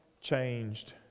changed